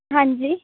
ਹਾਂਜੀ